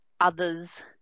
others